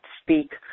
speak